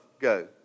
go